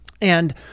And-